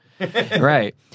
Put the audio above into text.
Right